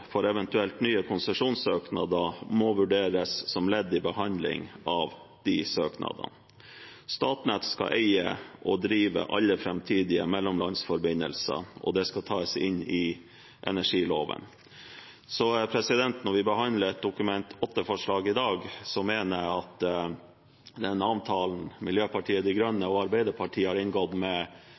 for eventuelle nye konsesjonssøknader, må vurderes som ledd i behandling av disse søknadene. Statnett skal eie og drive alle framtidige mellomlandsforbindelser, og det skal tas inn i energiloven. Så når vi behandler dette Dokument 8-forslaget i dag: Jeg mener at den avtalen Miljøpartiet De Grønne og Arbeiderpartiet har inngått